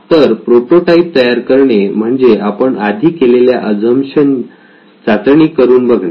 तर प्रोटोटाईप तयार करणे म्हणजे आपण आधी केलेल्या अझम्पशन चाचणी करून बघणे